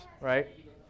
Right